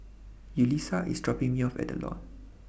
Yulisa IS dropping Me off At The Lawn